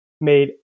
made